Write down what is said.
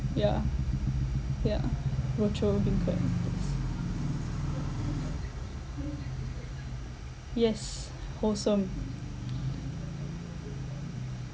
yeah yeah rochor beancurd yes yes awesome